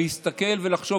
להסתכל ולחשוב.